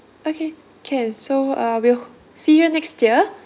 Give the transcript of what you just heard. okay can so uh we'll see you next year